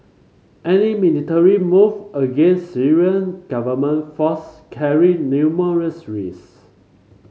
any military move against Syrian government force carry numerous risk